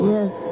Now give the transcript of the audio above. Yes